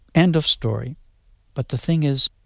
end of story but the thing is,